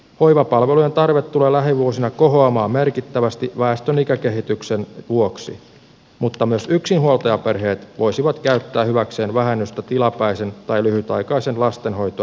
hoivapalvelujen tarve tulee lähivuosina kohoamaan merkittävästi väestön ikäkehityksen vuoksi mutta myös yksinhuoltajaperheet voisivat käyttää hyväkseen vähennystä tilapäisen tai lyhytaikaisen lastenhoito avun hankkimiseen